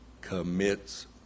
commits